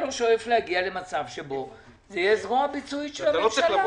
לא שואף להגיע למצב שבו זה יהיה זרוע ביצועית של הממשלה?